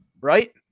right